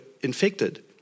infected